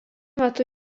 metu